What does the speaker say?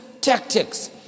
tactics